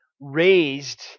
raised